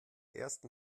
ersten